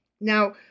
Now